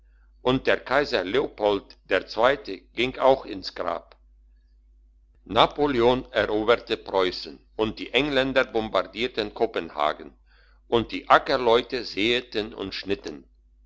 und der kaiser leopold der zweite ging auch ins grab napoleon eroberte preußen und die engländer bombardierten kopenhagen und die ackerleute säeten und schnitten